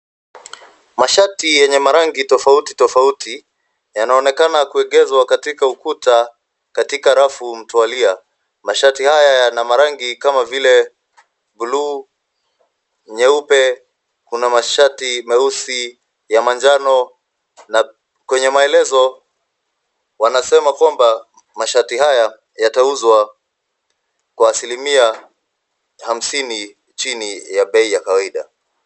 Mashati yenye marangi tofauti tofauti yanaonekana kuegezwa katika ukuta katika rafu mtwalia. Mashati haya yana marangi kama vile buluu, nyeupe, kuna mashati meusi ya manjano. Kwenye maelezo wanasema kwamba mashati haya yatauzwa kwa asilimia hamsini chini ya bei ya kawaida.